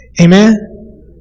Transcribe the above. Amen